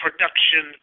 production